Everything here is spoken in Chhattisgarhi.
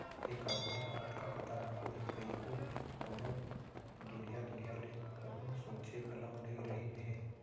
ए करोना ह अतका खतरनाक होही कइको कोनों दुरिहा दुरिहा ले कोहूँ सोंचे घलौ नइ रहिन हें